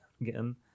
again